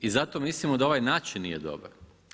I zato mislimo da ovaj način nije dobar.